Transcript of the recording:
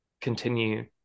continue